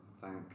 thank